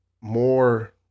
more